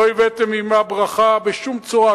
לא הבאתם עמה ברכה בשום צורה,